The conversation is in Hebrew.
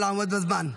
אז נא לעמוד בזמן.